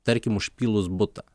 tarkim užpylus butą